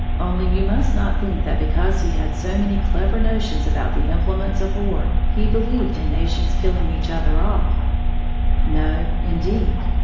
only you must not think that because he had so many clever notions about the implements of war he believed in nations killing each other off no, indeed.